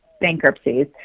bankruptcies